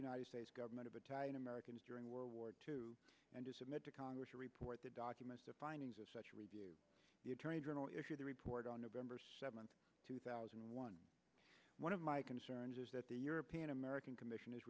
united states government of italian americans during world war two and to submit to congress a report the documents the findings of such review the attorney general issue the report on november seventh two thousand and one one of my concerns is that the european american commission is